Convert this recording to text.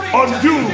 undo